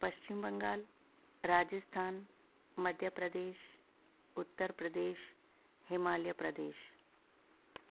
Paschim Bengal Rajasthan Madhya Pradesh Uttar Pradesh Himalaya Pradesh